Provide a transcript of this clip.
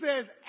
says